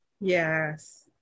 Yes